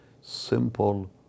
simple